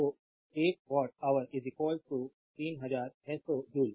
तो 1 watt hour 3600 joule